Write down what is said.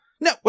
No